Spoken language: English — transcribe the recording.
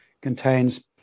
contains